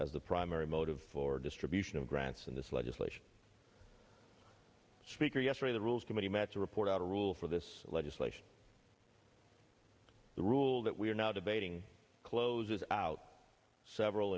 as the primary motive for distribution of grants in this legislation speaker yesterday the rules committee met to report out a rule for this legislation the rule that we are now debating closes out several